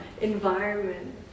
environment